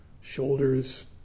Shoulders